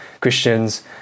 Christians